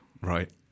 Right